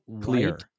clear